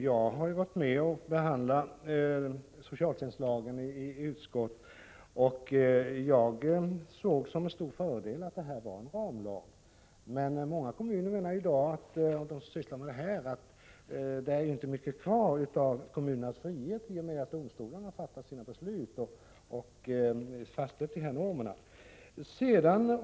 Herr talman! Jag var ju med när frågan om socialtjänstlagen behandlades i utskottet, och jag ansåg att det var en stor fördel att ha en ramlag. Men i många kommuner menar de som sysslar med sådana här frågor att kommunerna inte har så stor frihet längre i och med att domstolarna fattar sina beslut och även har fastställt normerna i detta sammanhang.